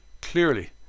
Clearly